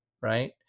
right